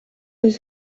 his